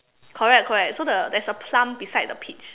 correct correct so the there's a plum beside the peach